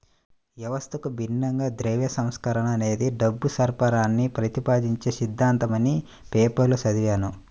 వ్యవస్థకు భిన్నంగా ద్రవ్య సంస్కరణ అనేది డబ్బు సరఫరాని ప్రతిపాదించే సిద్ధాంతమని పేపర్లో చదివాను